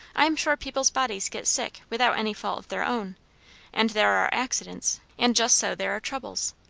i am sure people's bodies get sick without any fault of their own and there are accidents and just so there are troubles.